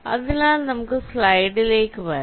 അതിനാൽ നമുക്ക് സ്ലൈഡിലേക്ക് വരാം